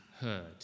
heard